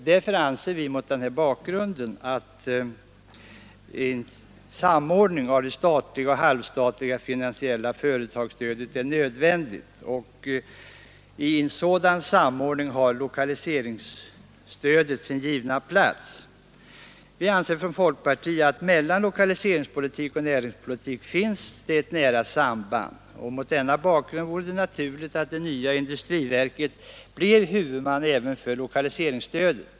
Därför anser vi att en samordning av det statliga och Nr 96 halvstatliga finansiella företagsstödet är nödvändig. I en sådan samord Onsdagen den ning har lokaliseringsstödet sin givna plats. Vi anser från folkpartiet att 23 maj 1973 mellan lokaliseringspolitik och näringspolitik finns ett nära samband, och I GH mot denna bakgrund vore det naturligt att det nya industriverket blev Näringspolitik huvudman även för lokaliseringsstödet.